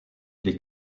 les